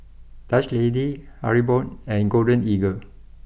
Dutch Lady Haribo and Golden Eagle